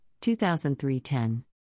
2003-10